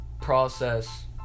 process